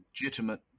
legitimate